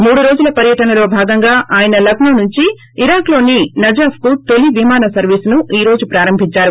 మూడు రోజుల పర్యటనలో భాగంగా ఆయన లక్నో నుంచి ఇరాక్ లోని నజాఫ్కు తొలి విమాన సర్వీసును ఈ రోజు ప్రారంభిందారు